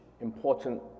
important